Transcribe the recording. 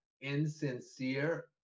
insincere